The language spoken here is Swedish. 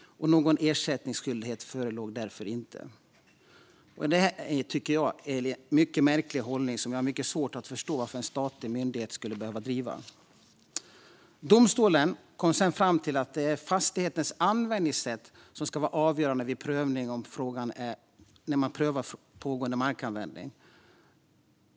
Någon ersättningsskyldighet förelåg därför inte. Detta tycker jag är en mycket märklig hållning, som jag har svårt att förstå varför en statlig myndighet ska behöva inta. Varför ska de behöva driva en sådan linje? Domstolen kom fram till att det är fastighetens användningssätt som ska vara avgörande vid prövning av frågan om pågående markanvändning.